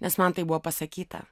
nes man tai buvo pasakyta